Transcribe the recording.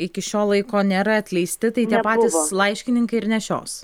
iki šio laiko nėra atleisti tai tie patys laiškininkai ir nešios